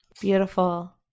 Beautiful